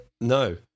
no